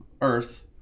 earth